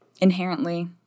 inherently